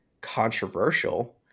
controversial